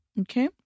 Okay